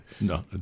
no